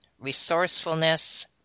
resourcefulness